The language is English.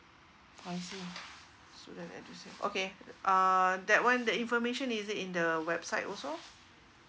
I see student edusave okay uh that one the information is it in the website also